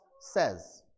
says